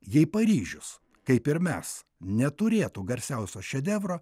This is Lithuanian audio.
jei paryžius kaip ir mes neturėtų garsiausio šedevro